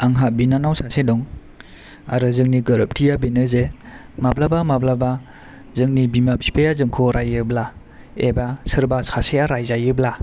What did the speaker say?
आंहा बिनानाव सासे दं आरो जोंनि गोरोबथिया बेनो जे माब्लाबा माब्लाबा जोंनि बिमा बिफाया जोंखौ रायोब्ला एबा सोरबा सासेया रायजायोब्ला